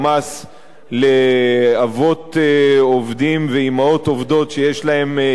לאבות עובדים ואמהות עובדות שיש להם ילדים קטנים,